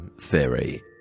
Theory